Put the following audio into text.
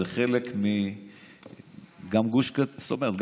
זאת אומרת,